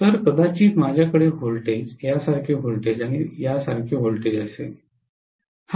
तर कदाचित माझ्यासारखे व्होल्टेज यासारखे व्होल्टेज आणि यासारखे व्होल्टेज असेल